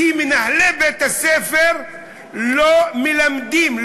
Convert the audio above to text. כי מנהלי בית-הספר לא מלמדים,